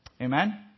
Amen